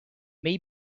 may